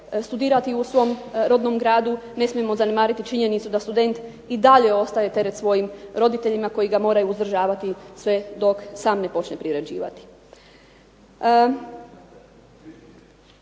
studirati u svom rodnom gradu ne smijemo zanemariti činjenicu da student i dalje ostaje teret svojim roditeljima koji ga moraju uzdržavati sve dok sam ne počne privređivati.